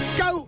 go